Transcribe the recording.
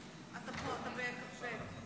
אוקיי.